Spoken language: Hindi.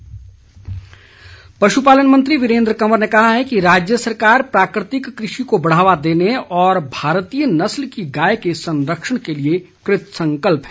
पशुपालन पशुपालन मंत्री वीरेन्द्र कंवर ने कहा है कि राज्य सरकार प्राकृतिक कृषि को बढ़ावा देने और भारतीय नस्ल की गाय के संरक्षण के लिए कृतसंकल्प है